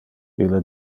ille